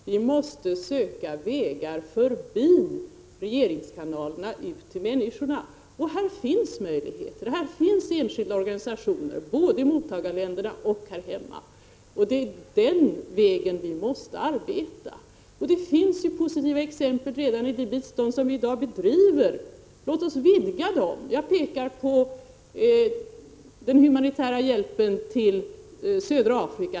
Vi måste söka vägar förbi regeringskanalerna ut till människorna, och vi har möjligheter att göra det. Det finns enskilda organisationer, både i mottagarländerna och här hemma. Det är den vägen vi måste gå. Det finns positiva exempel redan i det bistånd som vii dag bedriver. Låt oss vidga det arbetet. Jag kan peka på den humanitära hjälpen till Sydafrika.